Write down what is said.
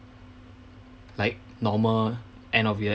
like normal end of year